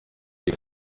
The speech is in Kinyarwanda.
wiga